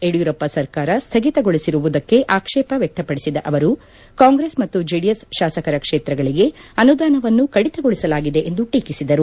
ಯಡಿಯೂರಪ್ಪ ಸರ್ಕಾರ ಸ್ಥಗಿತಗೊಳಿಸಿರುವುದಕ್ಕೆ ಆಕ್ಷೇಪ ವ್ಯಕ್ತಪಡಿಸಿದ ಅವರು ಕಾಂಗ್ರೆಸ್ ಮತ್ತು ಜೆಡಿಎಸ್ ಶಾಸಕರ ಕ್ಷೇತ್ರಗಳಿಗೆ ಅನುದಾನವನ್ನು ಕಡಿತಗೊಳಿಸಲಾಗಿದೆ ಎಂದು ಟೀಕಿಸಿದರು